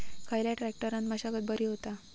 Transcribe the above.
खयल्या ट्रॅक्टरान मशागत बरी होता?